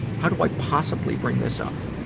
how do i possibly bring this up?